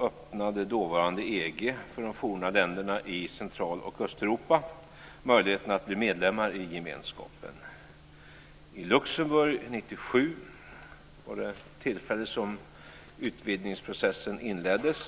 öppnade dåvarande EG för de forna länderna i Central och Östeuropa möjligheten att bli medlemmar i gemenskapen. Luxemburg 1997 var det tillfälle när utvidgningsprocessen inleddes.